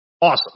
Awesome